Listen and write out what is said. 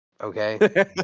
okay